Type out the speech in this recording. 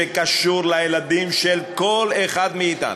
שקשור לילדים של כל אחד מאתנו?